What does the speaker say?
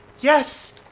Yes